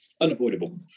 Unavoidable